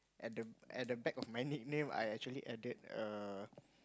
at the at the back of my nickname I actually added err